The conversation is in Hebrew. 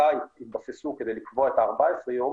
בסיסה התבססו כדי לקבוע את ה-14 יום,